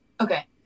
Okay